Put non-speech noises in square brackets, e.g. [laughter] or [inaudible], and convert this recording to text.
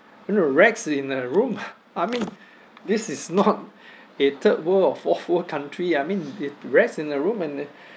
you know rats in a room [breath] I mean this is not [breath] a third world or fourth world country I mean it rats in the room in a [breath]